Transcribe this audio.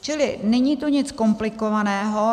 Čili není to nic komplikovaného.